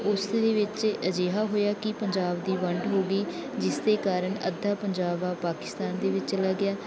ਉਸ ਦੇ ਵਿੱਚ ਅਜਿਹਾ ਹੋਇਆ ਕਿ ਪੰਜਾਬ ਦੀ ਵੰਡ ਹੋ ਗਈ ਜਿਸ ਦੇ ਕਾਰਨ ਅੱਧਾ ਪੰਜਾਬ ਆ ਪਾਕਿਸਤਾਨ ਦੇ ਵਿੱਚ ਚਲਾ ਗਿਆ